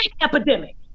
epidemic